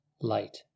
light